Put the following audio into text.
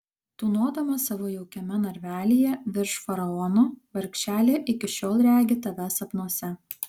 tūnodama savo jaukiame narvelyje virš faraono vargšelė iki šiol regi tave sapnuose